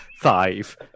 five